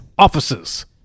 Officers